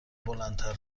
بلندتر